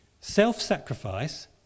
self-sacrifice